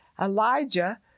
Elijah